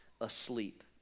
asleep